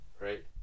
right